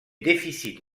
déficit